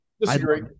disagree